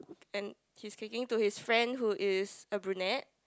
and he's kicking to his friend who is a Brunette